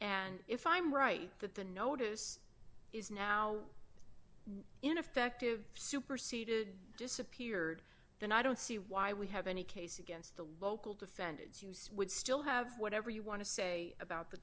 and if i'm right that the notice is now ineffective superceded disappeared then i don't see why we have any case against the local defendants use would still have whatever you want to say about the